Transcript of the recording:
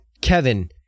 Kevin